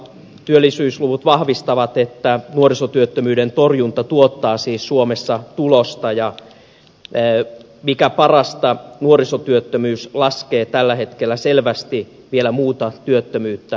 työllisyysluvut vahvistavat että nuorisotyöttömyyden torjunta tuottaa siis suomessa tulosta ja mikä parasta nuorisotyöttömyys laskee tällä hetkellä selvästi vielä muuta työttömyyttä nopeammin